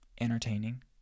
entertaining